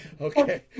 Okay